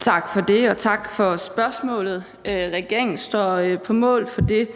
Tak for det, og tak for spørgsmålet. Regeringen står på mål for det,